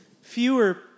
fewer